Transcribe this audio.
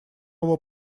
его